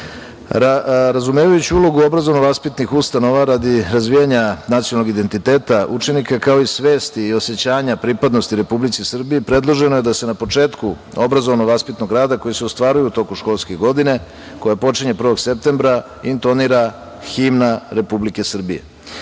ulogu u obrazovno-vaspitnih ustanova radi razvijanja nacionalnog identiteta učenika, kao i svesti i osećanja pripadnosti Republici Srbiji predloženo je da se na početku obrazovno-vaspitnog rada koji se ostvaruje u toku školske godine koja počinje 1. septembra intonira himna Republike Srbije. Radi